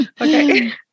Okay